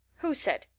who said?